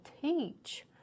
teach